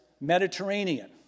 Mediterranean